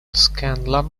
scanlan